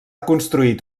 construït